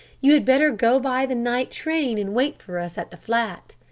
you had better go by the night train and wait for us at the flat.